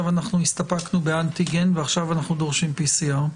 הסתפקנו באנטיגן ועכשיו אנחנו דורשים PCR?